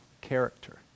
character